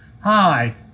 Hi